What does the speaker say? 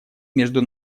между